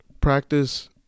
practice